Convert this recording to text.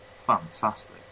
Fantastic